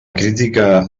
crítica